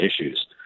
issues